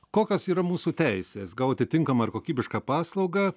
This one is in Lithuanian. kokios yra mūsų teisės gauti tinkamą ir kokybišką paslaugą